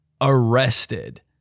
arrested